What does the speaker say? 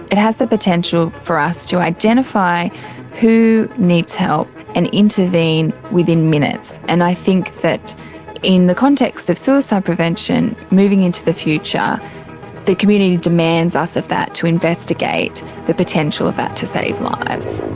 it has the potential for us to identify who needs help and intervene within minutes. and i think that in the context of suicide prevention, moving into the future the community demands us of that, to investigate the potential of that to save lives.